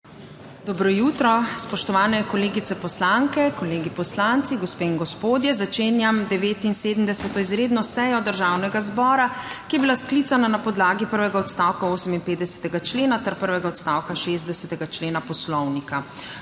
Dobro jutro! Spoštovani kolegice poslanke, kolegi poslanci, gospe in gospodje! Začenjam 79. izredno sejo Državnega zbora, ki je bila sklicana na podlagi prvega odstavka 58. člena ter prvega odstavka 60. člena Poslovnika.